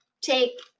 take